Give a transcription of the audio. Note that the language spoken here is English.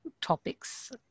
topics